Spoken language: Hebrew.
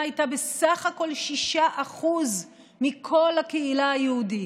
הייתה בסך הכול 6% מכל הקהילה היהודית.